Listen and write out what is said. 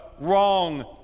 wrong